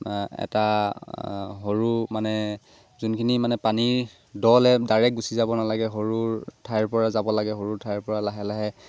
এটা সৰু মানে যোনখিনি মানে পানীৰ দলৈ ডাইৰেক্ট গুচি যাব নালাগে সৰু ঠাইৰপৰা যাব লাগে সৰুৰ ঠাইৰপৰা লাহে লাহে